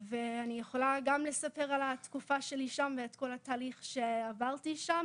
עם הילד ואני יכולה לספר גם על התקופה שלי שם ועל כל התהליך שעברתי שם,